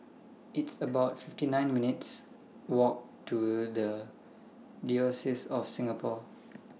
It's about fifty nine minutes' Walk to The Diocese of Singapore